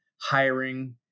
hiring